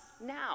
now